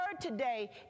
today